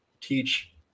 teach